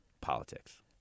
politics